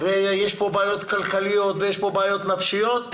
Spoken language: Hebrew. יש פה בעיות כלכליות ויש פה בעיות נפשיות,